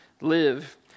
live